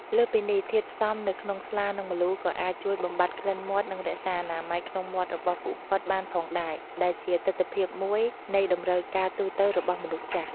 លើសពីនេះ ធាតុផ្សំនៅក្នុងស្លា និងម្លូ ក៏អាចជួយបំបាត់ក្លិនមាត់ និងរក្សាអនាម័យក្នុងមាត់របស់ពួកគាត់បានផងដែរ ដែលជាទិដ្ឋភាពមួយនៃតម្រូវការទូទៅរបស់មនុស្សចាស់។